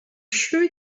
sure